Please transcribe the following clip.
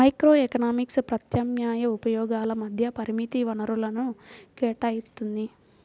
microeconomics ప్రత్యామ్నాయ ఉపయోగాల మధ్య పరిమిత వనరులను కేటాయిత్తుంది